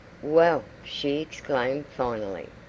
well, she exclaimed finally,